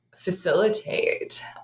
facilitate